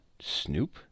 Snoop